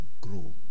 grow